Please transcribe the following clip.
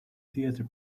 theatre